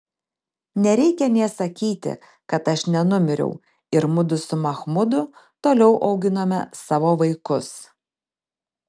nereikia nė sakyti kad aš nenumiriau ir mudu su machmudu toliau auginome savo vaikus